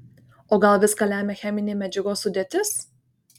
o gal viską lemia cheminė medžiagos sudėtis